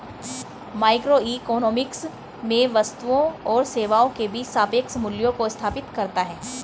microeconomics में वस्तुओं और सेवाओं के बीच सापेक्ष मूल्यों को स्थापित करता है